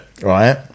Right